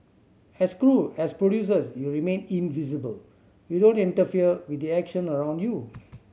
as crew as producers you remain invisible you don't interfere with the action around you